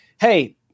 hey